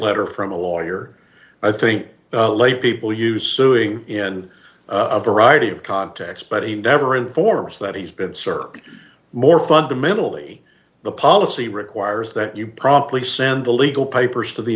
letter from a lawyer i think lay people use suing in a variety of contexts but he never informs that he's been served more fundamentally the policy requires that you promptly send the legal papers to the